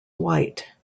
white